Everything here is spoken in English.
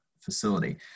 facility